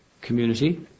...community